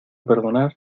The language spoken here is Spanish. perdonar